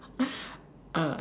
uh I